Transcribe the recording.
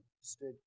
Stood